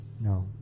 no